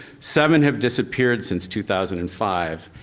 seven have disappeared since two thousand and five,